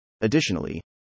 Additionally